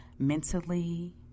mentally